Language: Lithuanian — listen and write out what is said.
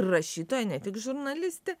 rašytoja ne tik žurnalistė